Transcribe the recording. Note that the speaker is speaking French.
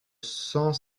cent